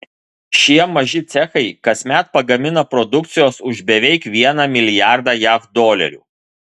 šie maži cechai kasmet pagamina produkcijos už beveik vieną milijardą jav dolerių